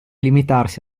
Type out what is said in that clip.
limitarsi